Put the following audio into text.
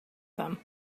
them